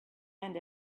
end